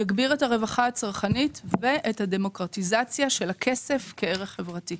יגביר את הרווחה הצרכנית ואת הדמוקרטיזציה של הכסף כערך חברתי.